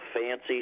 fancy